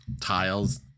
tiles